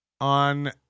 on